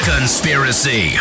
Conspiracy